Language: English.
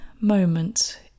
moment